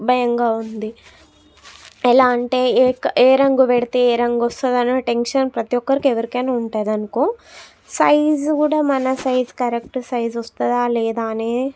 భయంగా ఉంది ఎలా అంటే ఏక్ ఏ రంగు పెడితే ఏ రంగు వస్తుందనే టెన్షన్ ప్రతీ ఒక్కరికి ఎవరికైనా ఉంటుందనుకో సైజు కూడా మన సైజు కరెక్ట్ సైజు వస్తుందా లేదా అని